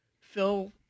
Phil